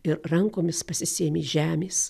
ir rankomis pasisėmė žemės